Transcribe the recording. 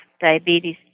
diabetes